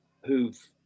who've